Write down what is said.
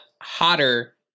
hotter